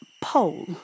pole